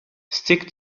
stick